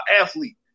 athlete